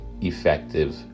effective